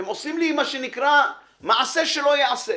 אתם עושים לי מה שנקרא מעשה שלא ייעשה.